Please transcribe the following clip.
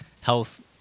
health